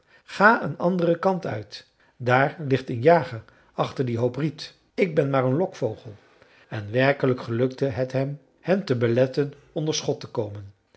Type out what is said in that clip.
ga een anderen kant uit daar ligt een jager achter dien hoop riet ik ben maar een lokvogel en werkelijk gelukte het hem hen te beletten onder schot te komen